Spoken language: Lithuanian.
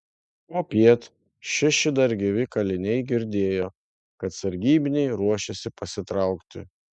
popiet šeši dar gyvi kaliniai girdėjo kad sargybiniai ruošiasi pasitraukti